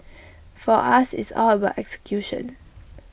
for us it's all about execution